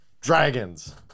Dragons